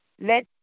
Let